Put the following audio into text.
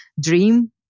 dream